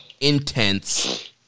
intense